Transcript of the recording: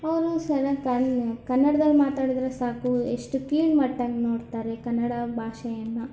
ಅವರು ಸರ್ಯಾಗಿ ಕನ್ನ್ ಕನ್ನಡ್ದಲ್ಲಿ ಮಾತಾಡಿದ್ರೆ ಸಾಕು ಎಷ್ಟು ಕೀಳ್ಮಟ್ಟಾಗಿ ನೋಡ್ತಾರೆ ಕನ್ನಡ ಭಾಷೆಯನ್ನು